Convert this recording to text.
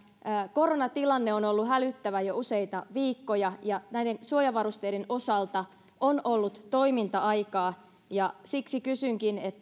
koronatilanne on ollut hälyttävä jo useita viikkoja ja näiden suojavarusteiden osalta on ollut toiminta aikaa siksi kysynkin